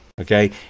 Okay